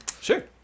Sure